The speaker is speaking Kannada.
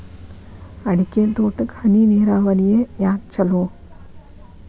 ಅಡಿಕೆ ತೋಟಕ್ಕ ಹನಿ ನೇರಾವರಿಯೇ ಯಾಕ ಛಲೋ?